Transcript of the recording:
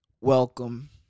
Welcome